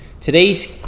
Today's